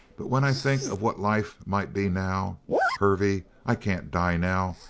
but when i think of what life might be now hervey, i can't die now!